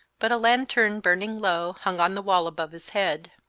but a lantern, burning low, hung on the wall above his head.